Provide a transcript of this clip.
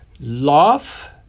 Love